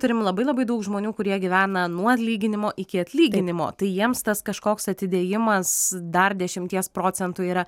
turim labai labai daug žmonių kurie gyvena nuo atlyginimo iki atlyginimo tai jiems tas kažkoks atidėjimas dar dešimties procentų yra